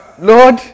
Lord